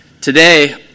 Today